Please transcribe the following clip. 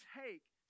take